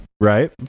right